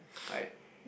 I